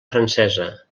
francesa